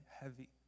heavy